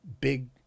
big